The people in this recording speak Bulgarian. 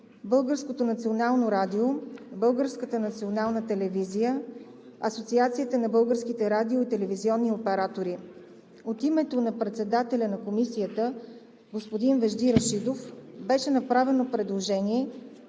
Българското национално радио, Българската национална телевизия, Асоциацията на българските радио- и телевизионни оператори. От името на председателя на Комисията – господин Вежди Рашидов, беше направено предложение